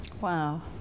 Wow